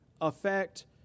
affect